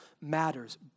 matters